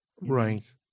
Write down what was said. Right